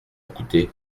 coûté